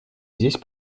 здесь